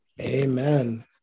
Amen